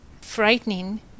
frightening